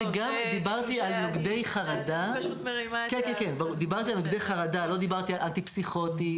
וגם דיברתי על נוגדי חרדה לא דיברתי על אנטי-פסיכוטי,